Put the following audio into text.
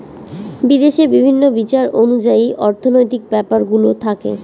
বিদেশে বিভিন্ন বিচার অনুযায়ী অর্থনৈতিক ব্যাপারগুলো থাকে